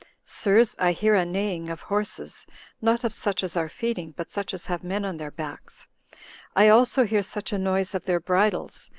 sirs, i hear a neighing of horses not of such as are feeding, but such as have men on their backs i also hear such a noise of their bridles,